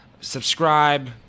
subscribe